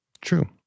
true